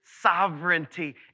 sovereignty